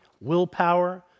willpower